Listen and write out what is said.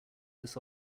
this